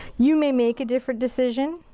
you may make a different decision.